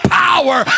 power